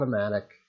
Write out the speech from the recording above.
automatic